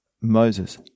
Moses